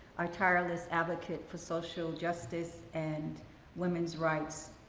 a tireless advocate for social justice, and women's rights,